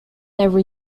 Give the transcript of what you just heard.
never